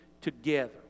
together